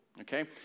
Okay